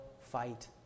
fight